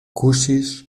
kuŝis